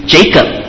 Jacob